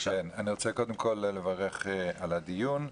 אני רוצה קודם כל לברך על הדיון.